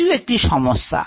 এটিও একটি সমস্যা